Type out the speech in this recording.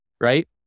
Right